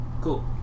Cool